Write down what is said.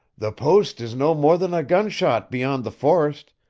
the post is no more than a gunshot beyond the forest,